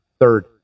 Third